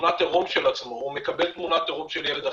תמונת עירום של עצמו או מקבל תמונת עירום של ילד אחר,